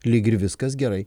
lyg ir viskas gerai